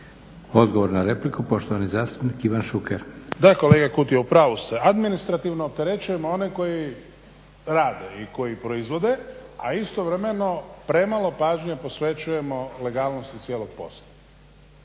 Odgovor na repliku poštovani zastupnik Ivan Šuker. **Šuker, Ivan (HDZ)** Da, kolega Kutle u pravu ste. Administrativno opterećujemo one koji rade i koji proizvode, a istovremeno premalo pažnje posvećujemo legalnosti cijelog posla.